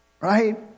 Right